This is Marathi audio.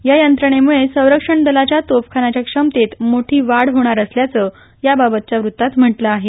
या यंत्रणेमुळे संरक्षण दलाच्या तोफखान्याच्या क्षमतेत मोठी वाढ होणार असल्याचं याबाबतच्या व्रत्तात म्हटलं आहे